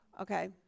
Okay